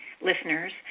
listeners